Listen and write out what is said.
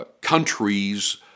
countries